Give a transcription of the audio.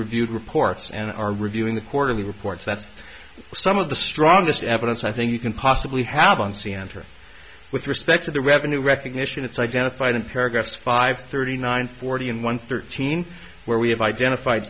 reviewed reports and are reviewing the quarterly reports that's some of the strongest evidence i think you can possibly have on c n n with respect to the revenue ignition it's identified in paragraphs five thirty nine forty and one thirteen where we have identified